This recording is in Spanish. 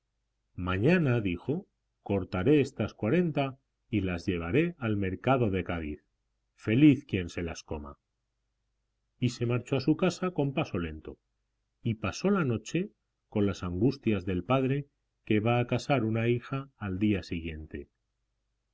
mañana dijo cortaré estas cuarenta y las llevaré al mercado de cádiz feliz quien se las coma y se marchó a su casa con paso lento y pasó la noche con las angustias del padre que va a casar una hija al día siguiente